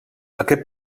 aquest